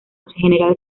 general